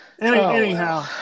anyhow